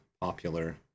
popular